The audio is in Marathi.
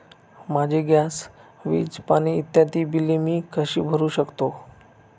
माझी गॅस, वीज, पाणी इत्यादि बिले मी कशी भरु शकतो?